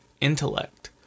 intellect